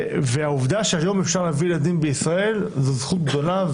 העובדה שהיום אפשר להביא ילדים בישראל זו זכות גדולה,